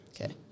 okay